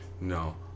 No